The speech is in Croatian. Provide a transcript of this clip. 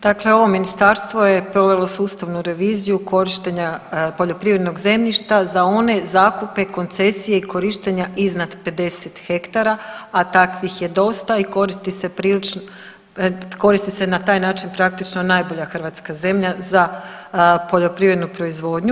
Dakle, ovo ministarstvo je provelo sustavu reviziju korištenja poljoprivrednog zemljišta za one zakupe, koncesije i korištenja iznad 50 hektara, a takvih je dosta i koristi se prilično, koristi se na taj način praktično najbolja hrvatska zemlja za poljoprivrednu proizvodnju.